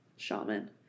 shaman